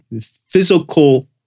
physical